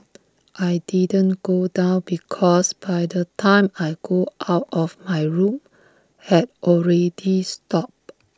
I didn't go down because by the time I go out of my room had already stopped